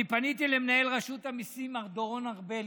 אני פניתי למנהל רשות המיסים מר דורון ארבלי,